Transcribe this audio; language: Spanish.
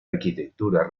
arquitectura